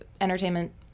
entertainment